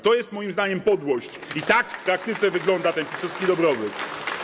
To jest moim zdaniem podłość i tak w praktyce wygląda ten PiS-owski dobrobyt.